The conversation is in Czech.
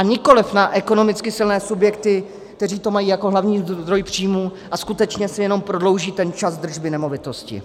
Nikoliv na ekonomicky silné subjekty, které to mají jako hlavní zdroj příjmů a skutečně si jenom prodlouží ten čas držby nemovitosti.